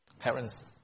parents